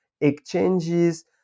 exchanges